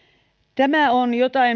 tämä on jotain